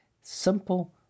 Simple